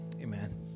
amen